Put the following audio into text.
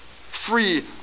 free